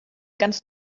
ganz